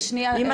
אוקיי, שנייה.